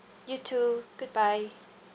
you too goodbye